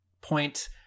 point